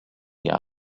iawn